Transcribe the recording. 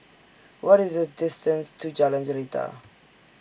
What IS The distance to Jalan Jelita